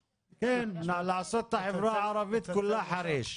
כן, לעשות את החברה הערבית כולה חריש.